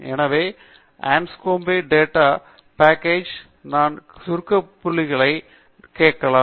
எனவே Anscombe data package கான சுருக்க புள்ளிவிவரங்களை நாங்கள் கேட்கலாம்